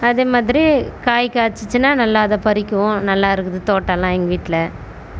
அதே மாதிரி காய் காய்ச்சுச்சின்னா நல்லா அதை பறிக்கவும் நல்லா இருக்குது தோட்டோமெல்லாம் எங்கள் வீட்டில்